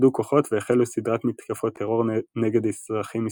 איחדו כוחות והחלו סדרת מתקפות טרור נגד אזרחים ישראלים,